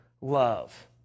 love